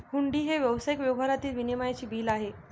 हुंडी हे व्यावसायिक व्यवहारातील विनिमयाचे बिल आहे